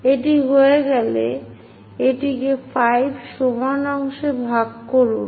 এটি হয়ে গেলে এটিকে 5 সমান অংশে ভাগ করুন